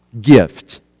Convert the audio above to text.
gift